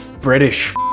British